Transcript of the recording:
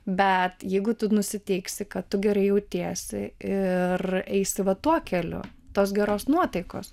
bet jeigu tu nusiteiksi kad tu gerai jautiesi ir eisi va tuo keliu tos geros nuotaikos